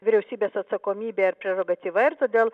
vyriausybės atsakomybė ir prerogatyva ir todėl